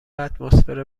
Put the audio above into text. اتمسفر